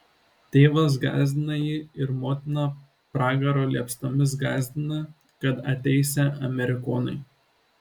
tėvas gąsdina jį ir motiną pragaro liepsnomis gąsdina kad ateisią amerikonai